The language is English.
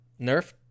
nerf